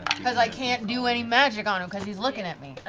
because i can't do any magic on him, because he's looking at me. and